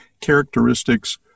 characteristics